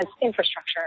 infrastructure